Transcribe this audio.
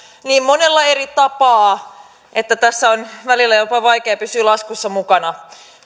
niin monella eri tapaa että tässä on välillä jopa vaikea pysyä laskuissa mukana